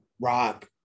rock